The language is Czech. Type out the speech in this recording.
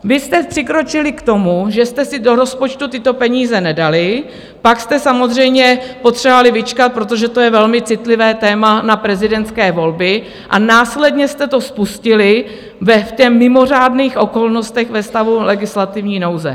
Vy jste přikročili k tomu, že jste si do rozpočtu tyto peníze nedali, pak jste samozřejmě potřebovali vyčkat, protože to je velmi citlivé téma, na prezidentské volby a následně jste to spustili v mimořádných ve stavu legislativní nouze.